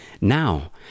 now